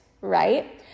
right